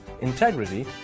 integrity